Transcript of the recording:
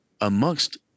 amongst